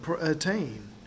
attain